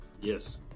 yes